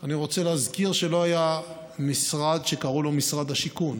אני רוצה להזכיר שלא היה משרד שקראו לו משרד השיכון.